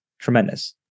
tremendous